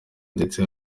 ndetse